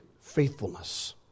faithfulness